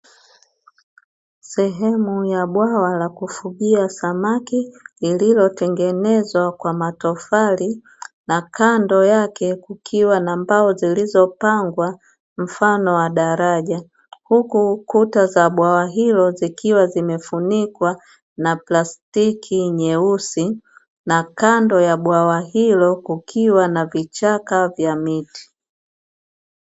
Sehemu ya bwawa la kufugia Samaki, lililotengenezwa kwa matofali na kando yake kukiwa na mbao zilizopangwamfano wa daraja. Huku kuta za bwawa hilo zikiwa zimefunikwa na plastiki nyeusi, na kando ya bwawa hilo kukiwa na vichaka vya miti.